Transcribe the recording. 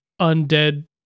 undead